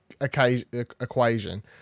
equation